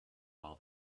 while